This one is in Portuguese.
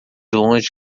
longe